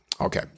Okay